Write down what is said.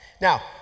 Now